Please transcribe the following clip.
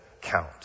count